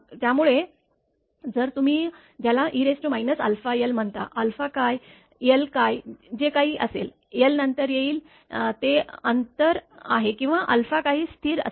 त्यामुळे जर तुम्ही ज्याला e αlम्हणता काय l काय जे काही असेल एल नंतर येईल ते अंतर आहे किंवा काही स्थिर असेल